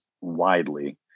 widely